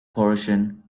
portion